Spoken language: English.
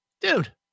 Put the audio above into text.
dude